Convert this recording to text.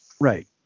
Right